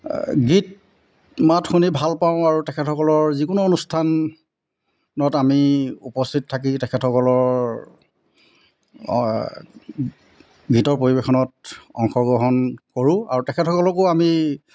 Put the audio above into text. গীত মাত শুনি ভালপাওঁ আৰু তেখেতসকলৰ যিকোনো অনুষ্ঠানত আমি উপস্থিত থাকি তেখেতসকলৰ গীতৰ পৰিৱেশনত অংশগ্ৰহণ কৰোঁ আৰু তেখেতসকলকো আমি